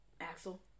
Axel